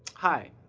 hi!